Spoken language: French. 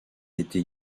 été